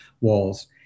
walls